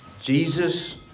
Jesus